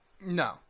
No